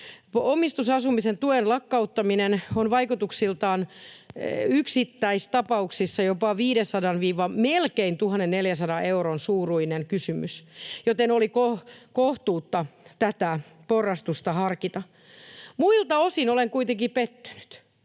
Omistusasumisen tuen lakkauttaminen on vaikutuksiltaan yksittäistapauksissa jopa 500:n, melkein 1 400 euron suuruinen kysymys, joten oli kohtuutta tätä porrastusta harkita. Muilta osin olen kuitenkin pettynyt.